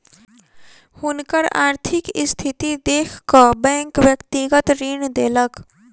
हुनकर आर्थिक स्थिति देख कअ बैंक व्यक्तिगत ऋण देलक